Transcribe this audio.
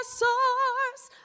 source